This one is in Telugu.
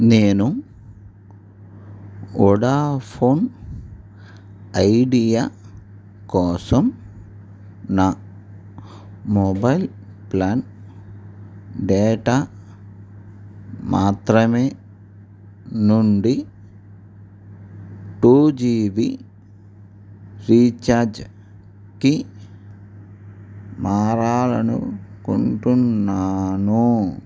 నేను వొడాఫోన్ ఐడియా కోసం నా మొబైల్ ప్లాన్ డేటా మాత్రమే నుండి టూ జీబీ రీఛార్జ్కి మారాలనుకుంటున్నాను